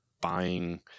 buying